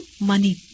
money